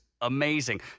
amazing